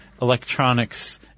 Electronics